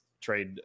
trade